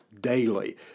daily